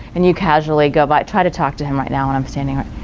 and you casually go by, try to talk to him right now and i'm standing right